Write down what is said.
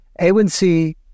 A1C